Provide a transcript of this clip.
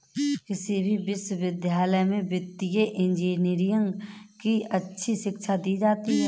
किसी भी विश्वविद्यालय में वित्तीय इन्जीनियरिंग की अच्छी शिक्षा दी जाती है